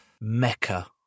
mecca